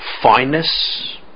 fineness